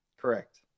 Correct